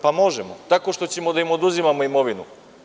Pa možemo tako što ćemo da im oduzimamo imovinu.